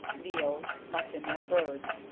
veal, mutton or birds,